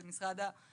זה משרד הביטחון.